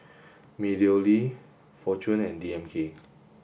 MeadowLea Fortune and D M K